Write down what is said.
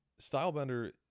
Stylebender